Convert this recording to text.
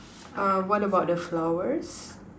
um what about the flowers